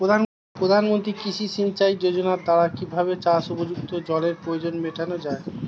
প্রধানমন্ত্রী কৃষি সিঞ্চাই যোজনার দ্বারা কিভাবে চাষ উপযুক্ত জলের প্রয়োজন মেটানো য়ায়?